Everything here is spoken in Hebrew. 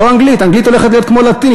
לא אנגלית, אנגלית הולכת להיות כמו לטינית.